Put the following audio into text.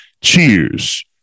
Cheers